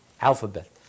alphabet